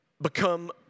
become